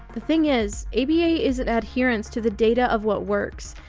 the thing is, aba is an adherence to the data of what works,